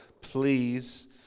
please